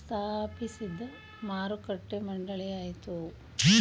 ಸ್ಥಾಪಿಸಿದ್ ಮಾರುಕಟ್ಟೆ ಮಂಡಳಿಯಾಗಯ್ತೆ